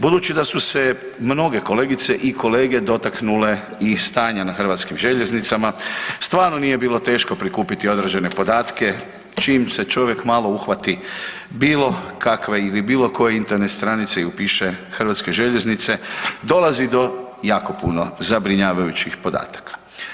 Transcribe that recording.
Budući da su se mnoge kolegice i kolege dotaknule i stanja na hrvatskim željeznicama, stvarno nije bilo teško prikupiti određene podatke, čim se čovjek malo uhvati bilo kakve ili bilo koje interne stranice i upiše Hrvatske željeznice, dolazi do jako puno zabrinjavajućih podataka.